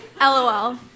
LOL